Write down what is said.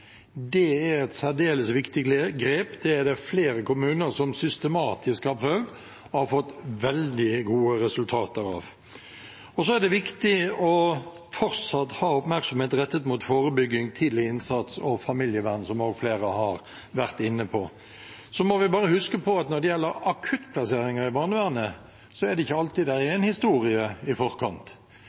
Det er et særdeles viktig grep, det er det flere kommuner som systematisk har prøvd, og har fått veldig gode resultater av. Så er det viktig fortsatt å ha oppmerksomhet rettet mot forebygging, tidlig innsats og familievern, som også flere har vært inne på. Vi må bare huske på at når det gjelder akuttplasseringer i barnevernet, er det ikke alltid det er en historie i forkant.